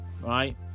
right